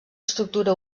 estructura